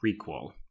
prequel